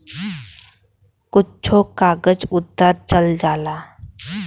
कुच्छो कागज पत्तर चल जाला